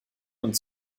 und